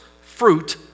fruit